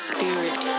Spirit